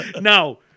Now